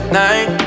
night